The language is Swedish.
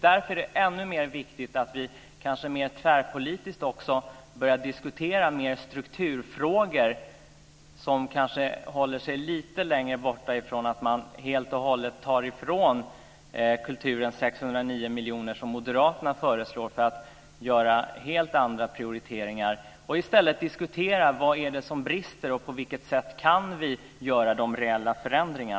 Därför är det ännu mer viktigt att vi mer tvärpolitiskt börjar diskutera strukturfrågor som ligger utanför att Moderaterna vill ta ifrån kulturen 609 miljoner för att göra helt andra prioriteringar. I stället borde man diskutera vad det är som brister och på vilket sätt vi kan göra reella förändringar.